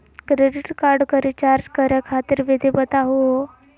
Credit card क recharge करै खातिर विधि बताहु हो?